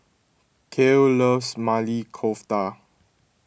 Kael loves Maili Kofta